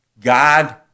God